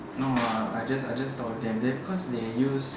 no ah I just I just talk with them because they use